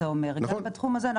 גם בתחום הזה,